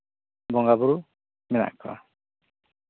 ᱵᱚᱸᱜᱟᱼᱵᱩᱨᱩ ᱢᱮᱱᱟᱜ ᱠᱚᱣᱟ